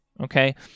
okay